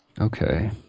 okay